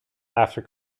after